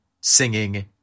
singing